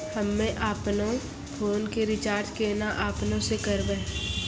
हम्मे आपनौ फोन के रीचार्ज केना आपनौ से करवै?